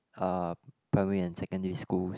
uh primary and secondary schools